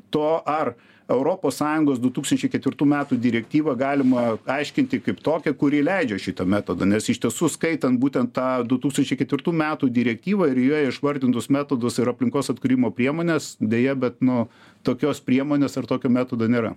to ar europos sąjungos du tūkstančiai ketvirtų metų direktyvą galima aiškinti kaip tokią kuri leidžia šitą metodą nes iš tiesų skaitant būtent tą du tūkstančiai ketvirtų metų direktyvą ir joje išvardintus metodus ir aplinkos atkūrimo priemones deja bet nu tokios priemonės ar tokio metodo nėra